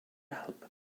help